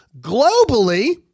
Globally